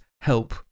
help